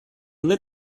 lit